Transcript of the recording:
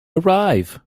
arrive